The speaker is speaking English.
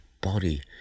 body